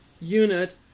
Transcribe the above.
unit